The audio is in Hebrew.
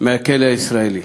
מהכלא האמריקני.